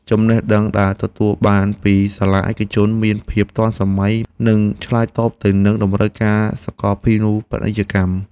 ចំណេះដឹងដែលទទួលបានពីសាលាឯកជនមានភាពទាន់សម័យនិងឆ្លើយតបទៅនឹងតម្រូវការសកលភាវូបនីយកម្ម។